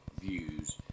views